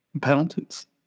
penalties